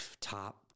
top